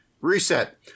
Reset